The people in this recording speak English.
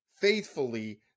faithfully